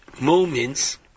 moments